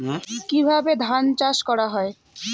কিভাবে ধান চাষ করা হয়?